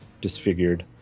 disfigured